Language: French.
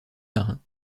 marins